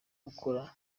ukora